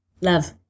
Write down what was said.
Love